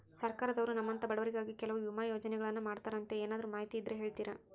ಸರ್ಕಾರದವರು ನಮ್ಮಂಥ ಬಡವರಿಗಾಗಿ ಕೆಲವು ವಿಮಾ ಯೋಜನೆಗಳನ್ನ ಮಾಡ್ತಾರಂತೆ ಏನಾದರೂ ಮಾಹಿತಿ ಇದ್ದರೆ ಹೇಳ್ತೇರಾ?